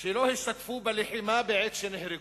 שלא השתתפו בלחימה בעת שנהרגו.